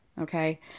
Okay